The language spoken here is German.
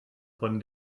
von